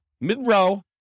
mid-row